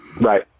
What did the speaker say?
right